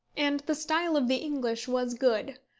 and the style of the english was good,